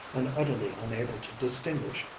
and utterly unable to distinguish,